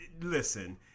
Listen